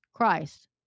Christ